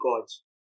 gods